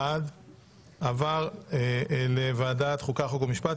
אושר עבר לוועדת החוקה, חוק ומשפט.